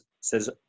says